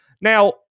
Now